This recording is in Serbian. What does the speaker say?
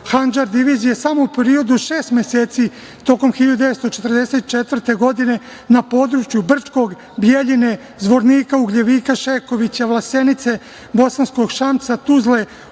Handžar divizije samo u periodu od šest meseci, tokom 1944. godine, na području Brčkog, Bjeljine, Zvornika, Ugljevika, Šekovića, Vlasenice, Bosanskog Šamca, Tuzle,